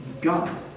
God